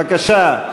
בבקשה,